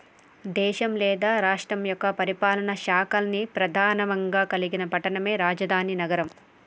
దేశం లేదా రాష్ట్రం యొక్క పరిపాలనా శాఖల్ని ప్రెధానంగా కలిగిన పట్టణమే రాజధాని నగరం